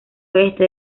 oeste